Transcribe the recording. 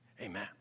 Amen